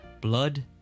Blood